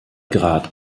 grad